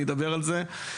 אני אדבר על זה.